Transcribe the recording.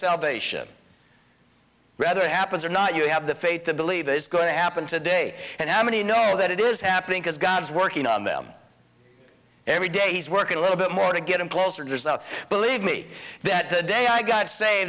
salvation rather happens or not you have the faith to believe that it's going to happen today and how many know that it is happening because god is working on them every day he's working a little bit more to get employees or so believe me that the day i got